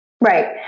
Right